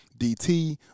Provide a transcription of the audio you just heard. DT